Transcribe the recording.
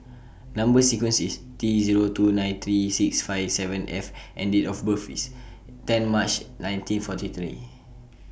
Number sequence IS T Zero two nine three six five seven F and Date of birth IS ten March nineteen forty three